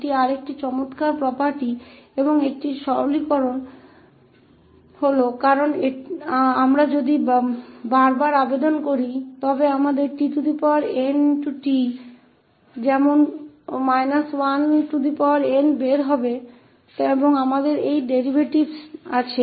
तो यह एक और अच्छी property है और इसका सामान्यीकरण यह है कि यदि हम बार बार आवेदन करते हैं तो हमारे पास tnf है क्योंकि बस n निकलेगा और हमारे पास ये डेरिवेटिव हैं